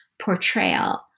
portrayal